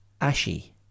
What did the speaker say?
ashy